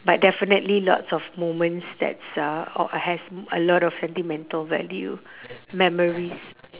but definitely lots of moments that's uh or has a lot of sentimental value memories